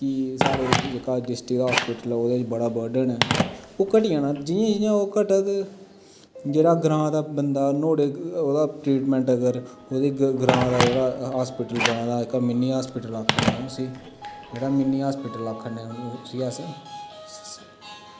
की साढ़ै जेह्का डिस्ट्रिक्ट हास्पिटल ऐ ओह्दे च बड़ा बर्डन ऐ ओह् घटी आना जि''यै जि''यै ओह् घटग जेह्डा ग्रां दा बन्द नोह्डे ओह्दा ट्रीटमेंट बगैरा ओह्दे ग्रां दा जेह्डा हास्पिटल बने दा जेह्का मीनी हास्पिटल आखे ने उस्सी जेह्डा मीनी हॉस्पिटल आखे ने उस्सी अस